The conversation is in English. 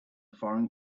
foreign